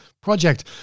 project